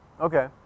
Okay